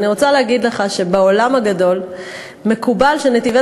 אני רוצה להגיד לך שבעולם הגדול מקובל שנתיבי